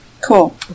cool